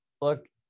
look